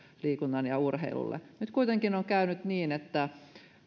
liikunnalle ja urheilulle nyt kuitenkin on käynyt niin että